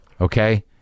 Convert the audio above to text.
Okay